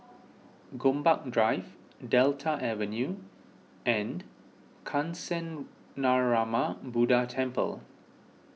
Gombak Drive Delta Avenue and Kancanarama Buddha Temple